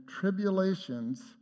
tribulations